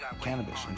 cannabis